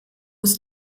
muss